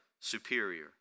superior